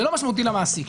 זה לא משמעותי למעסיק.